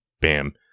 bam